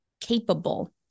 capable